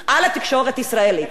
חבר הכנסת אקוניס,